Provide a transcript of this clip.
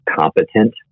competent